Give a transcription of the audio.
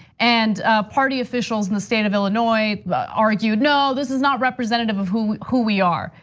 and party officials in the state of illinois argued, no, this is not representative of who who we are.